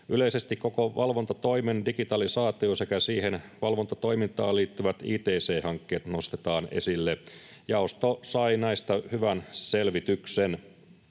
Yleisesti koko valvontatoimen digitalisaatio sekä valvontatoimintaan liittyvät ict-hankkeet nostetaan esille. Jaosto sai näistä hyvän selvityksen.